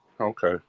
Okay